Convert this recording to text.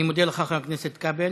אני מודה לך, חבר הכנסת כבל.